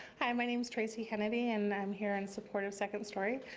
hi, my name's tracy kennedy and i'm here in support of second story.